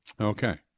Okay